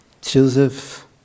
Joseph